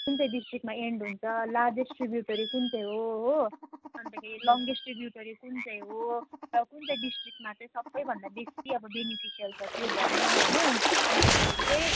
कुन चाहिँ डिस्ट्रिक्टमा इन्ड हुन्छ लार्जेस्ट ट्रिब्युटरी कुन चाहिँ हो अन्तखेरि लङ्गेस्ट ट्रिब्युटरिज कुन चाहिँ हो र कुन चाहिँ डिस्ट्रिक्टमा चाहिँ सबैभन्दा बेसी अब बेनिफिसियल छ त्यो भन्नु होइन अन्तखेरि चाहिँ